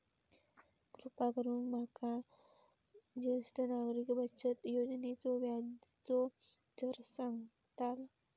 कृपा करून माका ज्येष्ठ नागरिक बचत योजनेचो व्याजचो दर सांगताल